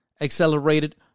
accelerated